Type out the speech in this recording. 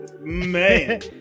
Man